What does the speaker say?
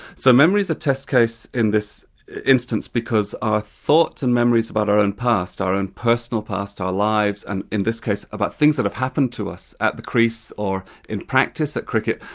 so memory is a test case in this instance because our thoughts and memories about our own past, our own personal past, our lives, and in this case about things that have happened to us at the crease, or in practice at cricket,